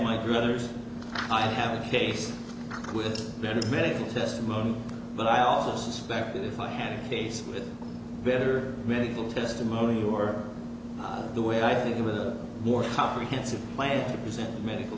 my druthers i'd have a case with the medical testimony but i also suspect that if i had a case with better medical testimony or the way i think it was a more comprehensive plan to present medical